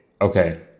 okay